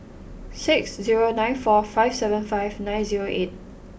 six zero nine four five seven five nine zero eight